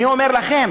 אני אומר לכם,